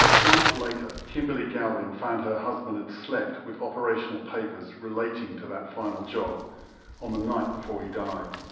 months later, kimberley galvin found her husband had slept with operational papers relating to that final job on the night before he died.